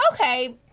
Okay